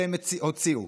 שהם הוציאו.